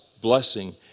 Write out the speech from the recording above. blessing